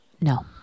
No